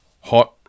hot